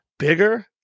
Bigger